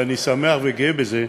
ואני שמח וגאה בזה,